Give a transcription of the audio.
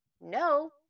No